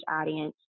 audience